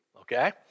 Okay